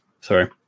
Sorry